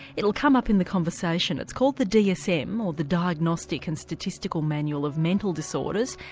it'll come up in the conversation. it's called the dsm, or the diagnostic and statistical manual of mental disorders,